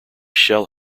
shall